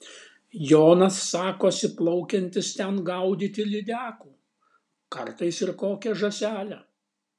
jonas sakosi plaukiantis ten gaudyti lydekų kartais ir kokią žąselę